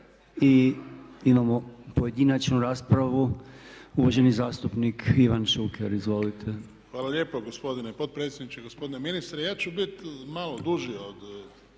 I imamo pojedinačnu raspravu, uvaženi zastupnik Ivan Šuker. Izvolite. **Šuker, Ivan (HDZ)** Hvala lijepo gospodine potpredsjedniče, gospodine ministre. Ja ću biti malo duži od